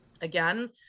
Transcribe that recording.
again